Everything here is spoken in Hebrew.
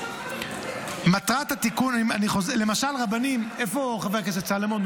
מטרת התיקון: למשל רבנים, איפה חבר הכנסת סולומון?